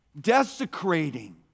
desecrating